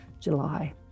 july